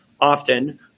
often